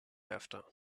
after